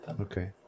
Okay